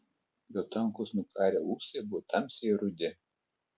jo tankūs nukarę ūsai buvo tamsiai rudi